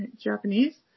Japanese